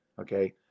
Okay